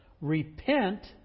Repent